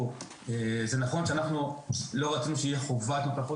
זה נכון שאנחנו לא רצינו שתהיה חובת נוכחות